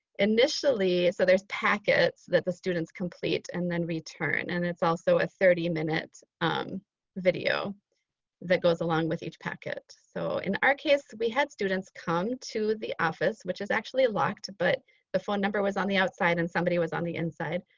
so there's packets that the students complete and then return and it's also a thirty minute um video that goes along with each packet. so in our case we had students come to the office which is actually locked. but the phone number was on the outside and somebody was on the inside.